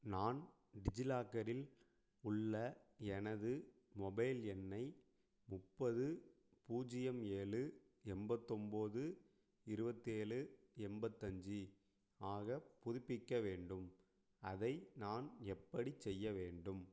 நான் டிஜிலாக்கரில் உள்ள எனது மொபைல் எண்ணை முப்பது பூஜ்யம் ஏழு எண்பத்தொம்போது இருவத்தேழு எண்பத்தஞ்சி ஆக புதுப்பிக்க வேண்டும் அதை நான் எப்படி செய்ய வேண்டும்